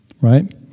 Right